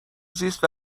زیست